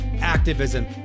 Activism